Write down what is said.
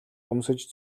өмсөж